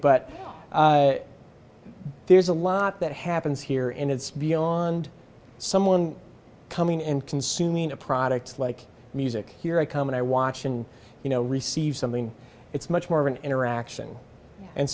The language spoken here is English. but there's a lot that happens here and it's beyond someone coming in consuming a products like music here i come and i watch and you know receive something it's much more of an interaction and